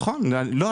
לא,